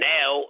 Now